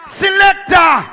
selector